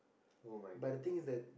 [oh]-my-god no